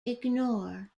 ignore